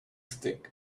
stick